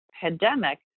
pandemic